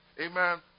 Amen